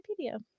Wikipedia